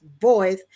voice